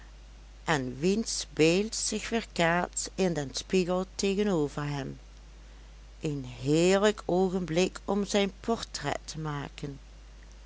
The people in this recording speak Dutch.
en wiens beeld zich weerkaatst in den spiegel tegenover hem een heerlijk oogenblik om zijn portret te maken